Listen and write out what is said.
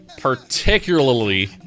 particularly